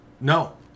No